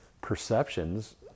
perceptions